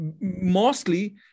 mostly